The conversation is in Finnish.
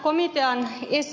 herra puhemies